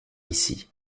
ici